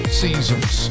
seasons